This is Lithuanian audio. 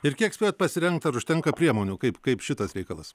ir kiek spėjot pasirengt ar užtenka priemonių kaip kaip šitas reikalas